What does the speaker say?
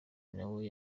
nawe